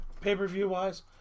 pay-per-view-wise